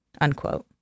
unquote